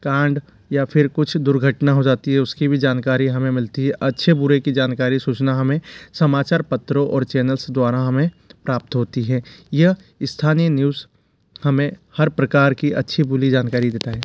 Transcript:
कांड या फिर कुछ दुर्घटना हो जाती है उसकी भी जानकारी हमें मिलती है अच्छे बुरे की जानकारी सूचना हमें समाचार पत्रों और चैनल द्वारा हमें प्राप्त होती है यह स्थानीय न्यूज हमें हर प्रकार की अच्छी बुरी जानकारी देता है